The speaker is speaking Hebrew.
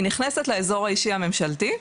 היא נכנסת לאזור האישי הממשלתי,